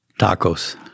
Tacos